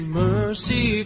mercy